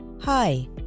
Hi